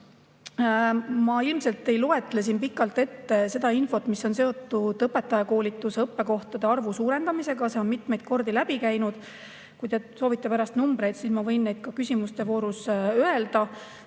Ma ilmselt ei loetle siin pikalt ette seda infot, mis on seotud õpetajakoolituse õppekohtade arvu suurendamisega, see on siit mitmeid kordi läbi käinud. Kui te soovite pärast numbreid, siis ma võin need ka küsimuste voorus öelda.